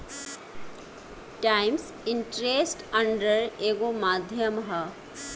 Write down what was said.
times interest earned एगो माध्यम ह